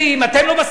אתם לא אינטליגנטים,